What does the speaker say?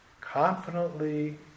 confidently